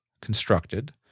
constructed